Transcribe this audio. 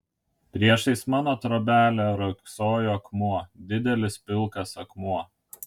priešais mano trobelę riogsojo akmuo didelis pilkas akmuo